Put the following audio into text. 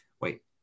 Wait